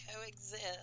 coexist